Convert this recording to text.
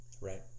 Right